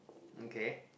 okay